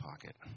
pocket